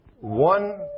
one